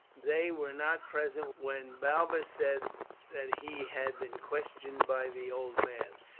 they were not present when balbus said that he had been questioned by the old man,